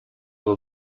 were